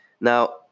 Now